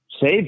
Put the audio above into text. save